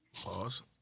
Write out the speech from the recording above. pause